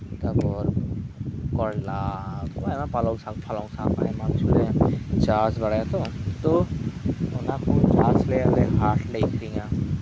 ᱛᱟᱯᱚᱨ ᱠᱚᱨᱚᱞᱟ ᱯᱟᱞᱚᱝ ᱥᱟᱠ ᱯᱟᱞᱚᱱ ᱥᱟᱠ ᱟᱭᱢᱟ ᱠᱤᱪᱷᱩᱞᱮ ᱪᱟᱥᱟ ᱪᱟᱥ ᱵᱟᱲᱟᱭᱟ ᱛᱚ ᱛᱚ ᱚᱱᱟ ᱠᱚ ᱪᱟᱥ ᱞᱮ ᱦᱟᱴ ᱨᱮ ᱞᱮ ᱟᱹᱠᱷᱨᱤᱧᱟ